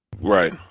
right